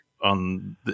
on